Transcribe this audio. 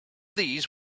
these